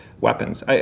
weapons